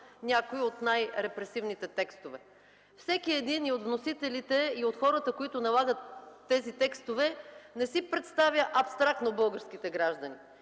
някои от най-репресивните текстове. Всеки един и от вносителите, и от хората, които налагат тези текстове, не си представя абстрактно българските граждани.